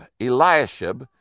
Eliashib